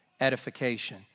edification